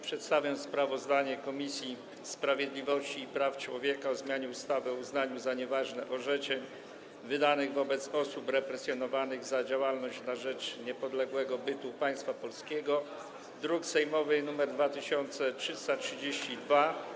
Przedstawiam sprawozdanie Komisji Sprawiedliwości i Praw Człowieka o uchwale Senatu w sprawie ustawy o zmianie ustawy o uznaniu za nieważne orzeczeń wydanych wobec osób represjonowanych za działalność na rzecz niepodległego bytu Państwa Polskiego, druk sejmowy nr 2332.